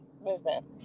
movement